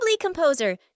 composer